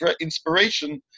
inspiration